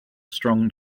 strong